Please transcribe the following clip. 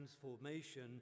transformation